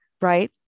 right